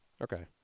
Okay